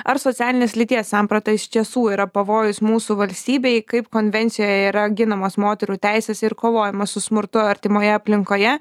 ar socialinės lyties samprata iš tiesų yra pavojus mūsų valstybei kaip konvencijoje yra ginamos moterų teisės ir kovojama su smurtu artimoje aplinkoje